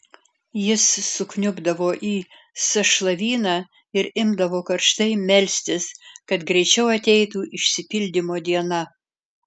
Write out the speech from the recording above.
jis sukniubdavo į sąšlavyną ir imdavo karštai melstis kad greičiau ateitų išsipildymo diena